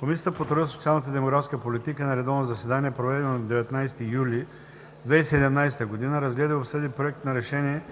Комисията по труда, социалната и демографската политика на редовно заседание, проведено на 19 юли 2017 г., разгледа и обсъди Проект на решение